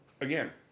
again